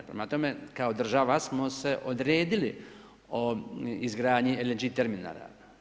Prema tome, kao država smo se odredili od izgradnje LNG terminala.